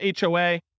HOA